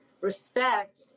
respect